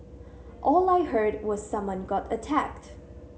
all I heard was someone got attacked